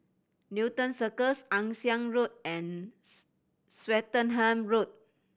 Newton Cirus Ann Siang Road and Swettenham Road